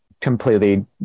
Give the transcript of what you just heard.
completely